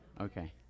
Okay